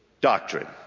Doctrine